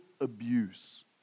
abuse